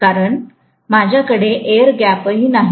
कारण माझ्याकडे एअर गॅपनाही